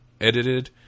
edited